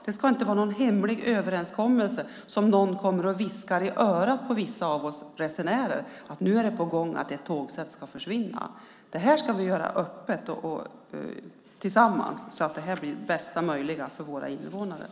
Det ska inte vara någon hemlig överenskommelse som viskas i öronen på vissa av oss resenärer att det är på gång att ett tågsätt ska försvinna. Det här ska göras öppet och tillsammans, så att det blir så bra som möjligt för invånarna.